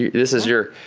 yeah this is your,